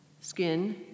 Skin